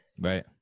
Right